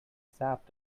sap